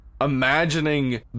imagining